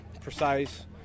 precise